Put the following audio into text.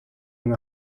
gant